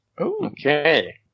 okay